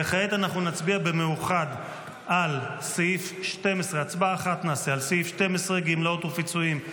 וכעת אנחנו נצביע במאוחד על סעיף 12 גמלאות ופיצויים,